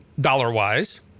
dollar-wise